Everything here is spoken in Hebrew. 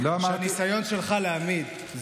שהניסיון שלך להעמיד,